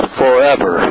forever